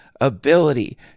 ability